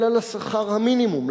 אלא כשכר המינימום,